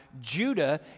Judah